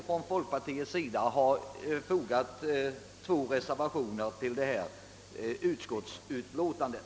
Folkpartiets representanter har fogat två reservationer till utskottets utlåtande.